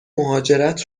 مهاجرت